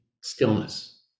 stillness